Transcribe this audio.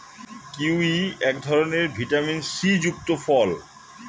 kiwi এক ধরনের vitamin C যুক্ত ফল